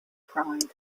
pride